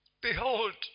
Behold